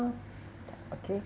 okay